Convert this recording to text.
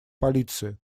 полиции